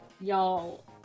y'all